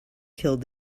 killed